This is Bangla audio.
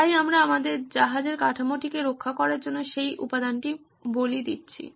তাই আমরা আমাদের জাহাজের কাঠামোটিকে রক্ষা করার জন্য সেই উপাদানটি বলি দিচ্ছি